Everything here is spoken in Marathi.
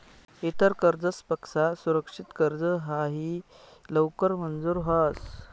इतर कर्जसपक्सा सुरक्षित कर्ज हायी लवकर मंजूर व्हस